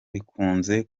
bikunze